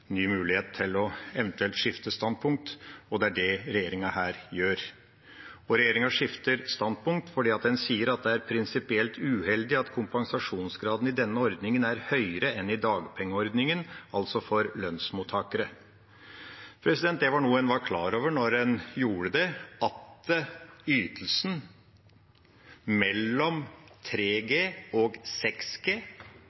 ny mulighet til eventuelt å skifte standpunkt, og det er det regjeringa her gjør. Og regjeringa skifter standpunkt fordi den sier at «det er prinsipielt uheldig at kompensasjonsgraden i denne ordningen er høyere enn i dagpengeordningen», altså for lønnsmottakere. Det var noe en var klar over da en gjorde det, at ytelsen mellom